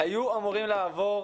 ב-2019 היו אמורים לעבור,